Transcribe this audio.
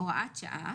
הוראת שעה